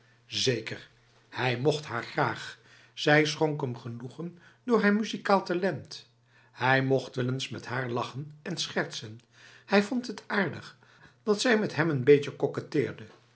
zeker hij mocht haar graag zij schonk hem genoegen door haar muzikaal talent hij mocht wel eens met haar lachen en schertsen hij vond het aardig dat zij met hem n beetje